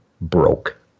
broke